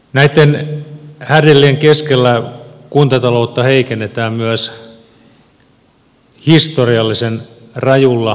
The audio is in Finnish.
näitten härdellien keskellä kuntataloutta heikennetään myös historiallisen rajulla tavalla